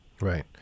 Right